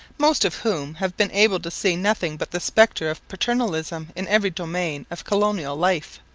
most of whom have been able to see nothing but the spectre of paternalism in every domain of colonial life.